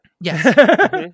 Yes